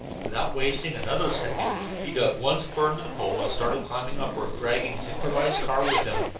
without wasting another second he dug one spur into the pole and started climbing upward, dragging his improvised car with him,